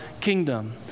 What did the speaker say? kingdom